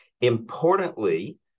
Importantly